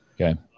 Okay